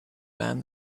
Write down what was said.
man